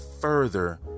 further